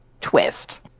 twist